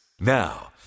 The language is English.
Now